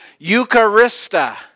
eucharista